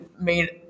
made